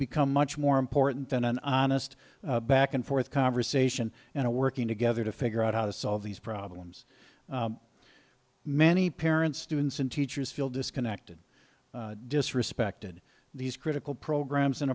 become much more important than an honest back and forth conversation and working together to figure out how to solve these problems many parents students and teachers feel disconnected disrespected these critical programs